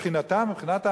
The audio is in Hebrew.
מבחינתם, מבחינת הערבים,